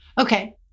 Okay